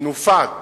תנופת